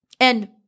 And-